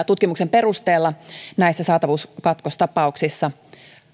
tutkimuksen perusteella näistä saatavuuskatkostapauksista